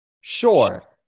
Sure